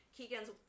Keegan's